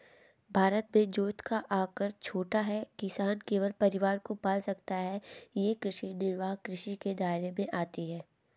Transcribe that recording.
भारत में जोत का आकर छोटा है, किसान केवल परिवार को पाल सकता है ये कृषि निर्वाह कृषि के दायरे में आती है